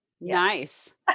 Nice